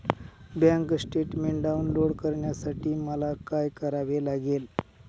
Bank statement download करण्यासाठी मला काय करावे लागेल?